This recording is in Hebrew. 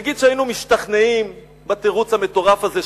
נגיד שהיינו משתכנעים בתירוץ המטורף הזה,